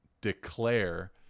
declare